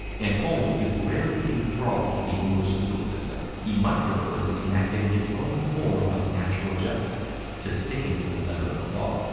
and holmes is rarely enthralled to the english legal system he much prefers enacting his own form of natural justice to sticking to the letter of the law.